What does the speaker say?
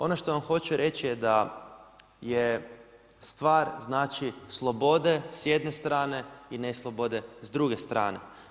Ono što vam hoću reći je da je stvar znači, slobode s jedne strane i neslobode s druge strane.